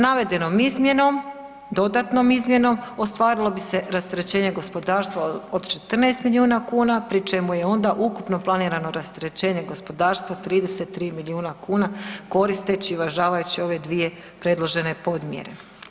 Navedenom izmjenom, dodatnom izmjenom ostvarilo bi se rasterećenje gospodarstva od 14 miliona kuna pri čemu je onda ukupno planirano rasterećenje gospodarstva 33 milijuna kuna koristeći i uvažavajući ove dvije predložene podmjere.